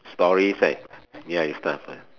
stories like ya your stuff ah